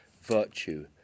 virtue